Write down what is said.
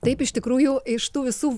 taip iš tikrųjų iš tų visų